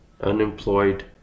Unemployed